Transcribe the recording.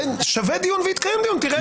זה שווה דיון והתקיים דיון, תראה איזה יופי.